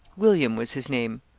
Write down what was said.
william was his name.